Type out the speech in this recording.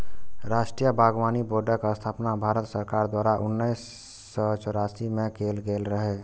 राष्ट्रीय बागबानी बोर्डक स्थापना भारत सरकार द्वारा उन्नैस सय चौरासी मे कैल गेल रहै